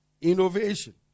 Innovation